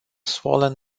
swollen